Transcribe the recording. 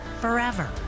forever